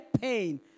pain